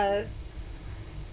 ~as